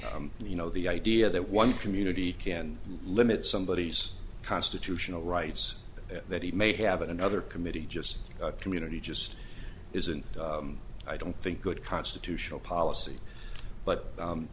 you know the idea that one community can limit somebodies constitutional rights that he may have another committee just community just isn't i don't think good constitutional policy but